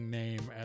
name